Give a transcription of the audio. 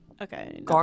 Okay